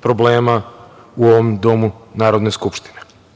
problema u ovom domu Narodne skupštine. Mislim